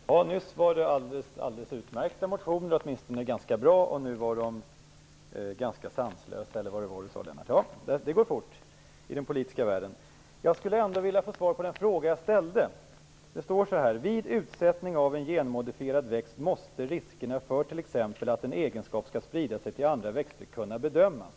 Fru talman! Nyss var det alldeles utmärkta reservationer. De var åtminstone ganska bra, men nu är de ganska sanslösa - eller vad det nu var Lennart Daléus sade. Ja, det går fort i den politiska världen. Jag skulle vilja ha ett svar på den fråga som jag ställde. I betänkandet säger utskottet: "Vid utsättning av en genmodifierad växt måste riskerna för t.ex. att en egenskap skall sprida sig till andra växter kunna bedömas."